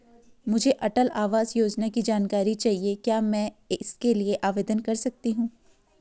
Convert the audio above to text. मुझे अटल आवास योजना की जानकारी चाहिए क्या मैं इसके लिए आवेदन कर सकती हूँ?